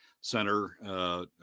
center